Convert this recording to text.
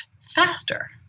faster